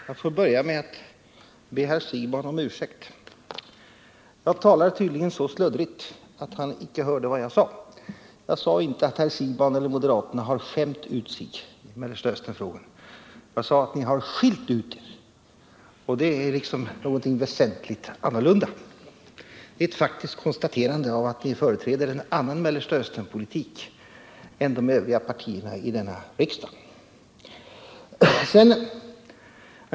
Herr talman! Jag får börja med att be herr Siegbahn om ursäkt. Jag talade tydligen så sluddrigt att han icke hörde vad jag sade. Jag sade inte att herr Siegbahn eller moderaterna har skämt ut sig i Mellersta Östern-frågan. Jag sade att ni har skilt ut er, och det är någonting väsentligt annorlunda. Det är ett faktiskt konstaterande av att ni företräder en annan Mellersta Östernpolitik än de övriga partierna i denna riksdag.